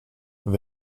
they